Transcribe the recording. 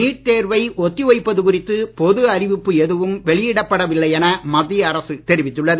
NEET தேர்வை ஒத்தி வைப்பது குறித்து பொது அறிவிப்பு எதுவும் வெளியிடப்பட வில்லை என மத்திய அரசு தெரிவித்துள்ளது